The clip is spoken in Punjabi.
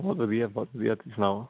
ਬਹੁਤ ਵਧੀਆ ਬਹੁਤ ਵਧੀਆ ਤੁਸੀਂ ਸੁਣਾਓ